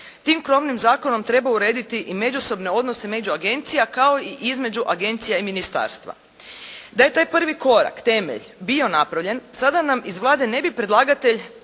tim krovnim zakonom treba urediti i međusobne odnose među agencija kao i između agencija i ministarstva. Da je taj prvi korak temelj bio napravljen, sada nam iz Vlade ne bi predlagatelj